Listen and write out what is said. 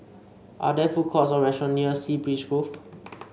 are there food courts or restaurant near Sea Breeze Grove